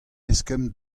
eskemm